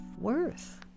worth